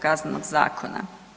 Kaznenog zakona.